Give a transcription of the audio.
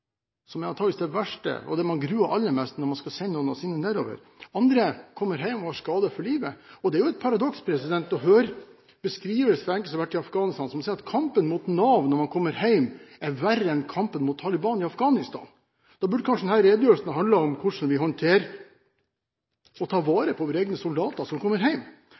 det verste, og det man gruer seg aller mest for når man skal sende noen av sine nedover. Andre kommer hjem og er skadet for livet. Det er jo et paradoks å høre beskrivelser fra enkelte som har vært i Afghanistan, som sier at kampen mot Nav når man kommer hjem, er verre enn kampen mot Taliban i Afghanistan. Da burde kanskje denne redegjørelsen handlet om hvordan vi håndterer og tar vare på våre egne soldater som kommer